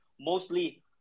mostly